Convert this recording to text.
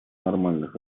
нормальных